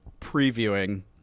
previewing